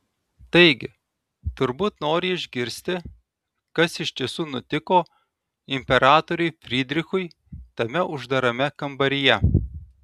taigi turbūt nori išgirsti kas iš tiesų nutiko imperatoriui frydrichui tame uždarame kambaryje